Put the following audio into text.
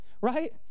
right